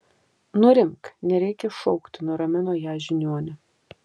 nurimk nereikia šaukti nuramino ją žiniuonė